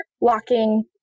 walking